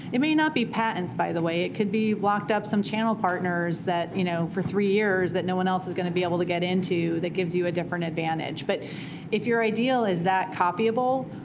it may not be patents, by the way. it could be locked up some channel partners that, you know for three years, that no one else is going to be able to get into that gives you a different advantage. but if your ideal is that copyable,